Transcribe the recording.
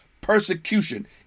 persecution